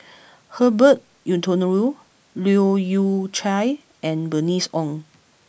Herbert Eleuterio Leu Yew Chye and Bernice Ong